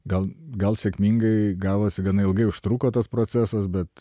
gal gal sėkmingai gavosi gana ilgai užtruko tas procesas bet